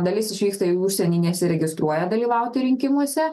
dalis išvyksta į užsienį nesiregistruoja dalyvauti rinkimuose